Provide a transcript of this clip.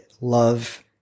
love